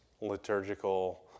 liturgical